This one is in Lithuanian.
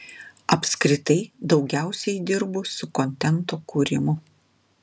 apskritai daugiausiai dirbu su kontento kūrimu